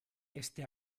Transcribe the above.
este